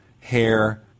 hair